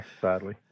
sadly